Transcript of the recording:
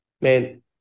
man